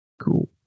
Cool